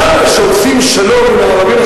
למה כשעושים שלום עם הערבים,